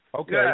Okay